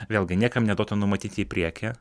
vėlgi niekam neduota numatyti į priekį